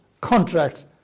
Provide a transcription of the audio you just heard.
contracts